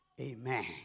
Amen